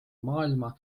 maailma